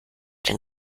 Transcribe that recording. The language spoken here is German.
den